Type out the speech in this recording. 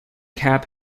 cap